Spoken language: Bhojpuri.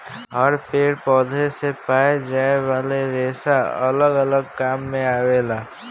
हर पेड़ पौधन से पाए जाये वाला रेसा अलग अलग काम मे आवेला